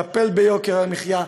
לטפל ביוקר המחיה,